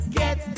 get